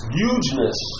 hugeness